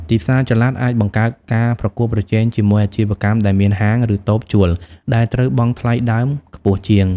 ទីផ្សារចល័តអាចបង្កើតការប្រកួតប្រជែងជាមួយអាជីវកម្មដែលមានហាង ឬតូបជួល ដែលត្រូវបង់ថ្លៃដើមខ្ពស់ជាង។